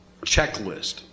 checklist